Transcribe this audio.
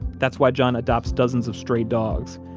that's why john adopts dozens of stray dogs.